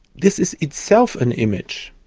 this is itself an image.